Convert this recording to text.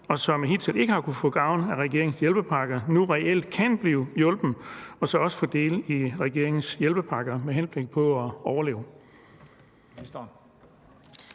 og som hidtil ikke har kunnet få gavn af regeringens hjælpepakker, nu reelt kan blive hjulpet og så også få del i regeringens hjælpepakker med hensyn til at overleve?